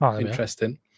interesting